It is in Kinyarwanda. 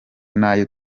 n’ayo